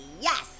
yes